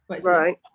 Right